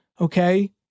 Okay